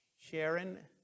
sharon